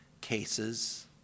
cases